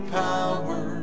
power